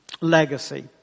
Legacy